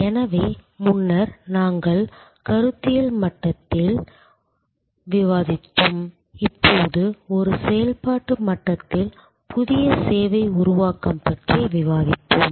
எனவே முன்னர் நாங்கள் கருத்தியல் மட்டத்தில் மூலோபாய மட்டத்தில் விவாதித்தோம் இப்போது ஒரு செயல்பாட்டு மட்டத்தில் புதிய சேவை உருவாக்கம் பற்றி விவாதிப்போம்